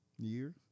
year